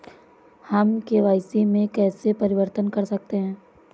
हम के.वाई.सी में कैसे परिवर्तन कर सकते हैं?